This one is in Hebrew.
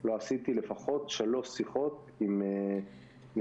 לא עשיתי לפחות שלוש שיחות עם נציגי